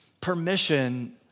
permission